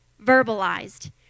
verbalized